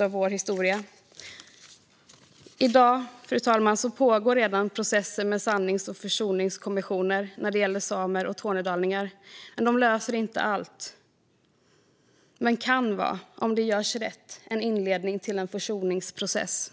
av vår historia. Fru talman! I dag pågår redan processer med sannings och försoningskommissioner när det gäller samer och tornedalingar. De löser inte allt, men om de görs rätt kan de vara en inledning till en försoningsprocess.